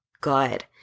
good